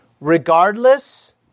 regardless